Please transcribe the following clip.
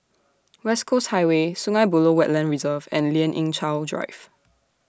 West Coast Highway Sungei Buloh Wetland Reserve and Lien Ying Chow Drive